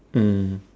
mm